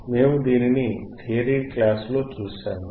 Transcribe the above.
మేము దీనిని థియరీ క్లాస్లో చూశాము